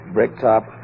Bricktop